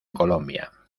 colombia